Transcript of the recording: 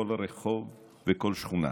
כל רחוב וכל שכונה.